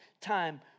time